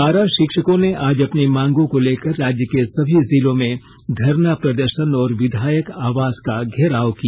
पारा शिक्षकों ने आज अपनी मांगों को लेकर राज्य के सभी जिलों में धरना प्रदर्शन और विधायक आवास का घेराव किया